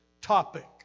topic